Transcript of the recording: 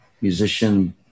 musician